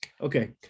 Okay